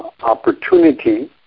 opportunity